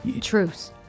Truce